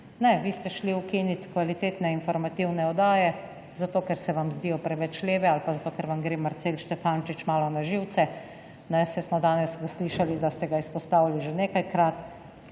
Vi ste šli ukiniti kvalitetne informativne oddaje zato, ker se vam zdijo preveč leve ali pa zato, ker vam gre Marcel Štefančič malo na živce, saj smo danes slišali, da ste ga izpostavili že nekajkrat.